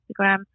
instagram